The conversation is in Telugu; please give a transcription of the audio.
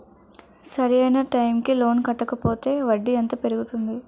సరి అయినా టైం కి లోన్ కట్టకపోతే వడ్డీ ఎంత పెరుగుతుంది?